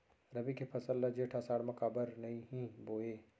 रबि के फसल ल जेठ आषाढ़ म काबर नही बोए?